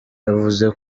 yavutse